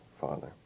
Father